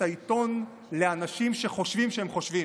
את העיתון לאנשים שחושבים שהם חושבים,